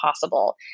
possible